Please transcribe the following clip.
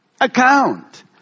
account